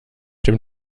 dem